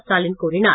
ஸ்டாலின் கூறினார்